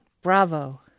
bravo